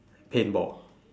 paintball